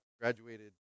Graduated